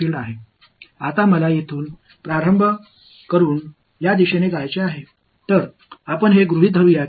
எனவே இங்கிருந்து ஆரம்பித்து இந்த திசையில் செல்ல நான் விரும்புகிறேன்